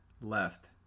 left